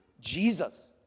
Jesus